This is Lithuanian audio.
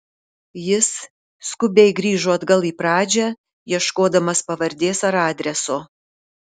jis skubiai grįžo atgal į pradžią ieškodamas pavardės ar adreso